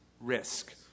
Risk